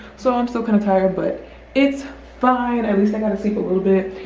so i'm still kind of tired but it's fine. at least i got to sleep a little bit.